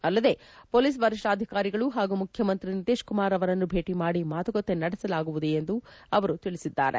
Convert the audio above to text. ಅಲ್ಲದೇ ಪೊಲೀಸ್ ವರಿಷ್ಠಾಧಿಕಾರಿಗಳು ಹಾಗೂ ಮುಖ್ಚುಮಂತ್ರಿ ನಿತೀಶ್ ಕುಮಾರ್ ಅವರನ್ನು ಭೇಟಿ ಮಾಡಿ ಮಾತುಕತೆ ನಡೆಸಲಾಗುವುದು ಎಂದು ಅವರು ತಿಳಿಸಿದ್ದಾರೆ